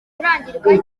kurangirika